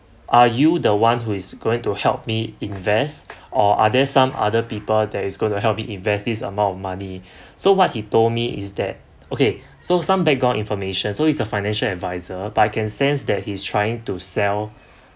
are you the one who is going to help me invest or are there some other people that is going to help me invest this amount of money so what he told me is that okay so some background information so he's a financial adviser but can sense that he's trying to sell